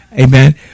amen